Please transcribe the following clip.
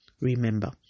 Remember